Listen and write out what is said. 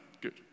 Good